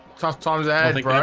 tough times ahead, right?